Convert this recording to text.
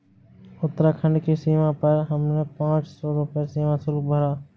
उत्तराखंड की सीमा पर हमने पांच सौ रुपए सीमा शुल्क भरा